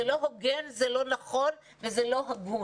זה לא הוגן, זה לא נכון וזה לא הגון.